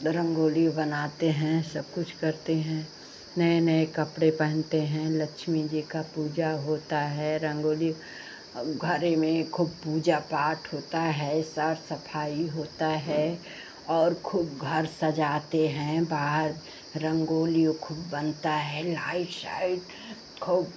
रांगोली बनाते हैं सब कुछ करते हैं नए नए कपड़े पहनते हैं लक्ष्मी जी की पूजा होती है रंगोली घरे में खूब पूजा पाठ होता है सर सफ़ाई होता है और खूब घर सजाते हैं बाहर रंगोलियो खूब बनता है लाइट साइट खूब